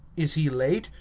is he late?